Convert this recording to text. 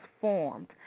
formed